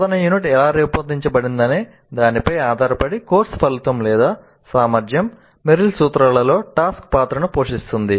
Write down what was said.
బోధనా యూనిట్ ఎలా రూపొందించబడిందనే దానిపై ఆధారపడి కోర్సు ఫలితం లేదా సామర్థ్యం మెర్రిల్ సూత్రాలలో టాస్క్ పాత్రను పోషిస్తుంది